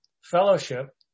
fellowship